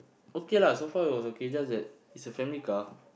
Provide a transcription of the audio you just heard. okay lah so far it was okay just that it's a family car